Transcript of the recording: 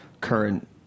current